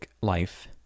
Life